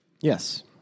Yes